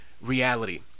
reality